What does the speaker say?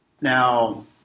Now